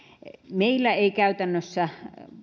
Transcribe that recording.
meillä ei käytännössä